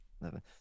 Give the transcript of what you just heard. eleven